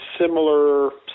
similar